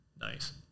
Nice